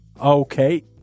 Okay